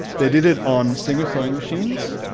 they did it on singer sewing machines.